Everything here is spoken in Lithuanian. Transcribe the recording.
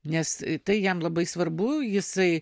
nes tai jam labai svarbu jisai